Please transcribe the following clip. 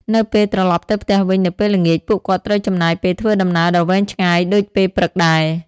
នៅពេលត្រឡប់ទៅផ្ទះវិញនៅពេលល្ងាច ពួកគាត់ត្រូវចំណាយពេលធ្វើដំណើរដ៏វែងឆ្ងាយដូចពេលព្រឹកដែរ។